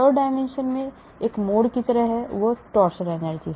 यह third dimension में एक मोड़ की तरह है जो torsion energy है